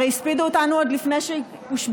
הרי הספידו אותנו עוד לפני שהושבענו,